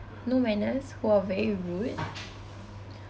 no manners who are very rude